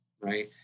right